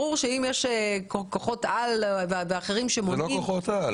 ברור שאם יש כוחות על ואחרים שמונעים --- אלה לא כוחות על.